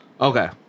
Okay